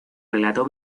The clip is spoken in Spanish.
relato